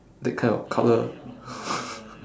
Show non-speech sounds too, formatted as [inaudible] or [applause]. that kind of colour [noise]